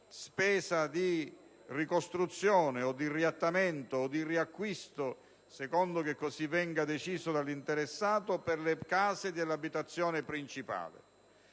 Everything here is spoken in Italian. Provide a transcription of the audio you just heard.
spesa di ricostruzione, riattamento o riacquisto - a seconda di quanto venga deciso dall'interessato - per le case dell'abitazione principale.